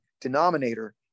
denominator